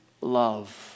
love